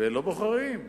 ולא בוחרים.